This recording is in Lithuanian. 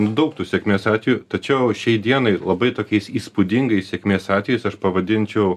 nu daug tų sėkmės atvejų tačiau šiai dienai labai tokiais įspūdingais sėkmės atvejais aš pavadinčiau